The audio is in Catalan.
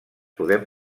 podem